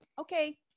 Okay